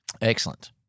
Excellent